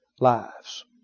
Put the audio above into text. lives